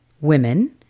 women